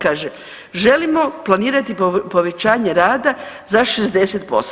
Kaže, želimo planirati povećanje rada za 60%